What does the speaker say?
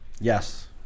Yes